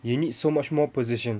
you need so much more position